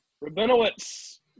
Rabinowitz